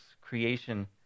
creation